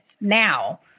Now